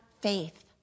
faith